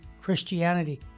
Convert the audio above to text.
Christianity